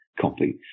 copy